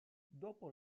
dopo